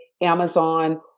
Amazon